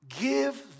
give